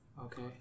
Okay